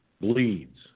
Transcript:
bleeds